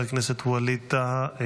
חבר הכנסת ווליד טאהא,